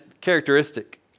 characteristic